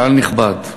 קהל נכבד,